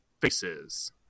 faces